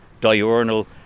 diurnal